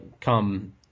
come